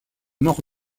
morts